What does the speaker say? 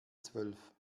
zwölf